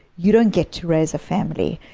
you don't get to raise a family,